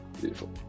Beautiful